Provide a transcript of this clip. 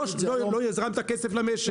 לא הזרמת כסף למשק,